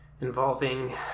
involving